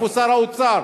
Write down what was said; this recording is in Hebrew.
איפה שר האוצר?